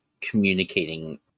communicating